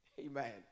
Amen